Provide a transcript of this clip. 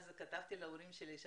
כתבתי מכתב להורים שלי זיכרונם לברכה,